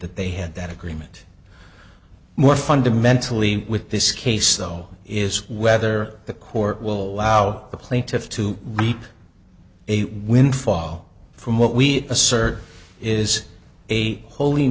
that they had that agreement more fundamentally with this case though is whether the court will allow the plaintiff to reap a windfall from what we assert is a whol